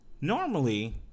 normally